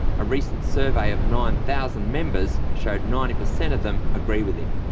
a recent survey of nine thousand members showed ninety percent of them agree with him.